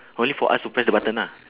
only for us to press the button lah